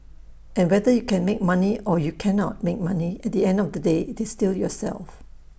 and whether you can make money or you cannot make money at the end of the day it's still yourself